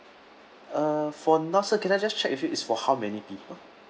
uh for now sir can I just check with you it's for how many people